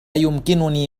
يمكنني